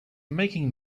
making